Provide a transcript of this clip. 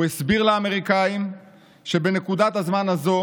הוא הסביר לאמריקנים שבנקודת הזמן הזו